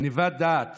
גנבת הדעת